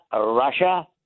Russia